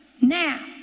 Now